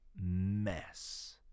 mess